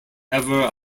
ever